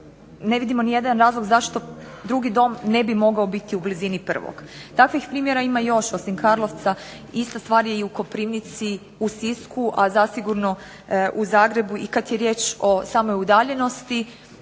ne vidimo nijedan razlog zašto drugi dom ne bi mogao biti u blizini prvog. Takvih primjera ima još osim Karlovca, ista stvar je u Koprivnici, u Sisku, a zasigurno u Zagrebu i kad je riječ o samoj udaljenosti